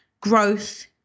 Growth